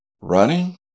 running